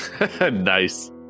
Nice